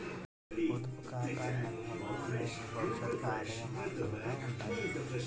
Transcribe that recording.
పొదుపు ఖాతా నిల్వలు అనేవి భవిష్యత్తుకు ఆదాయ మార్గాలుగా ఉంటాయి